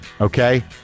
Okay